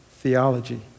theology